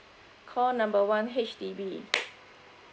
call number one H_D_B